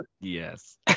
Yes